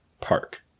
park